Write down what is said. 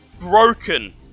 broken